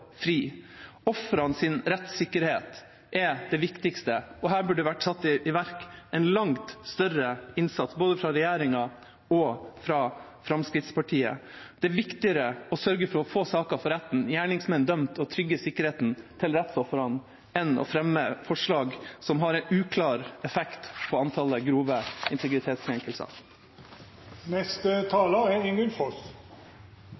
fri. Ofrenes rettssikkerhet er det viktigste, og her burde det vært satt i verk en langt større innsats, både fra regjeringa og fra Fremskrittspartiet. Det er viktigere å sørge for å få saker for retten, få gjerningsmenn dømt og å trygge sikkerheten til ofrene enn å fremme forslag som har en uklar effekt på antallet grove integritetskrenkelser.